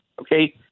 okay